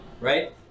right